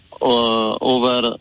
over